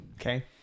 okay